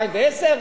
2010,